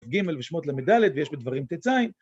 ג' ושמות ל"ד ויש בדברים ט"ז